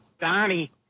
Donnie